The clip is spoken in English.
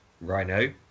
Rhino